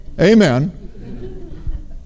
amen